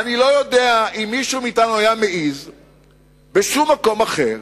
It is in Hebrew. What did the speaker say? אני לא יודע אם מישהו מאתנו היה מעז באיזה מקום אחר,